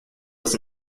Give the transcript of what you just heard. was